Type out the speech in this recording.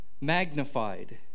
Magnified